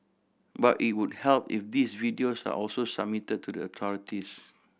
but it would help if these videos are also submitted to the authorities